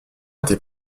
était